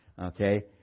Okay